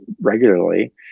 regularly